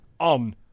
On